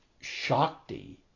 shakti